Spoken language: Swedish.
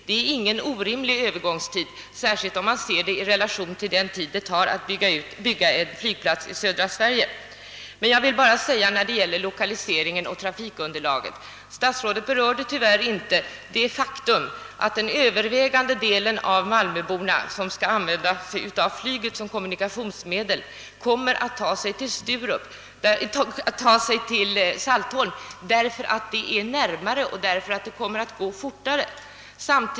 Detta är ingen orimlig övergångstid, särskilt i relation till den tid det skulle ta att bygga en storflygplats i södra Sverige. Beträffande lokaliseringen och trafikunderlaget vill jag beklaga, att statsrådet inte berörde det faktum att den övervägande delen av de malmöbor, som skall använda sig av flyget som kommunikationsmedel, kommer att fara till Saltholm, eftersom detta blir närmare och kommer att gå snabbare.